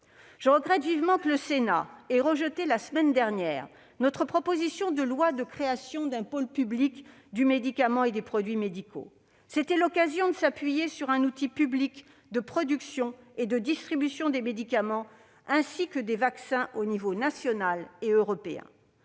Je regrette vivement que le Sénat ait rejeté, la semaine dernière, notre proposition de loi portant création d'un pôle public du médicament et des produits médicaux. C'était l'occasion de s'appuyer sur un outil public de production et de distribution des médicaments, ainsi que des vaccins à l'échelle nationale, mais